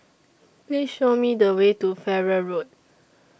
Please Show Me The Way to Farrer Road